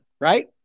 right